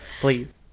Please